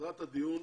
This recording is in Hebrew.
מטרת הדיון